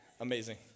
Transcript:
Amazing